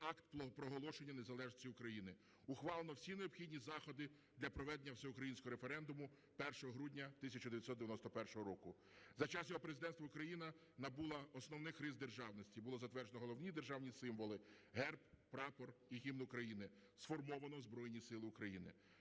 Акт проголошення незалежності України, ухвалено всі необхідні заходи для проведення всеукраїнського референдуму 1 грудня 1991 року. За час його президентства країна набула основних рис державності – було затверджено головні державні символи (Герб, Прапор і Гімн України), сформовано Збройні Сили України.